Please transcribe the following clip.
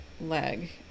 leg